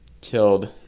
killed